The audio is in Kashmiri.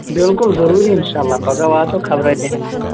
بِلکُل ضروٗری اِنشاء اللہ پَگاہ واتو خبراہ تہِ ہیٚمہو